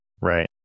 Right